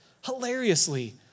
hilariously